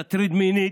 תטריד מינית,